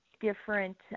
different